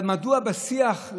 אבל מדוע לא בשיח,